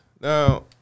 Now